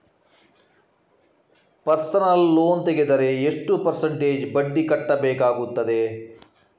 Personal loan ತೆಗೆದರೆ ಎಷ್ಟು percentage ಬಡ್ಡಿ ಕಟ್ಟಬೇಕಾಗುತ್ತದೆ?